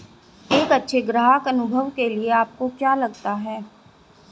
एक अच्छे ग्राहक अनुभव के लिए आपको क्या लगता है?